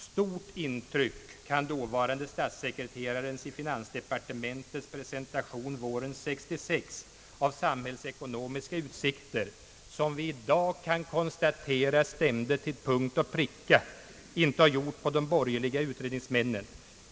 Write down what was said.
Stort intryck kan dåvarande statssekreterarens i finansdepartementet presentation våren 1966 av samhällsekonomiska utsikter, som vi i dag kan konstatera stämde till punkt och pricka, inte ha gjort på de borgerliga utredningsmännen.